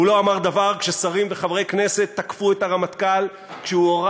הוא לא אמר דבר כששרים וחברי כנסת תקפו את הרמטכ"ל כשהוא הורה